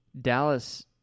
Dallas